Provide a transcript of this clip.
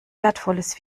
wertvolles